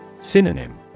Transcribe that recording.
Synonym